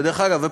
ודרך אגב,